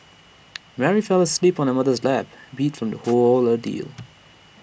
Mary fell asleep on her mother's lap beat from the whole ordeal